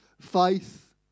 faith